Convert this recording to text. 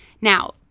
Now